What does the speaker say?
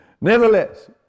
Nevertheless